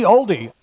Oldie